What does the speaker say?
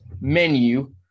menu